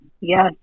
yes